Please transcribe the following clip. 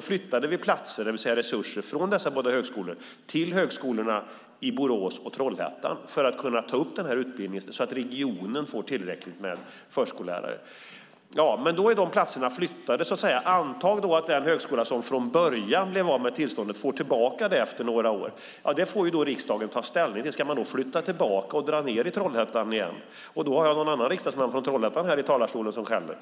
flyttade vi platser, det vill säga resurser, från dessa båda högskolor till högskolorna i Borås och Trollhättan för att de ska kunna ta upp den här utbildningen så att regionen får tillräckligt med förskollärare. Men då är de platserna flyttade. Anta då att den högskola som från början blev av med tillståndet får tillbaka det efter några år. Riksdagen får då ta ställning till om man då ska flytta tillbaka platser och dra ned på platserna i Trollhättan igen. Då har jag någon annan riksdagsman, från Trollhättan, här i talarstolen som skäller.